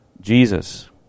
Jesus